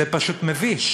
זה פשוט מביש